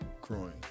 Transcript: growing